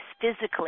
physically